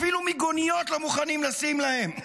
אפילו מיגוניות לא מוכנים לשים להם.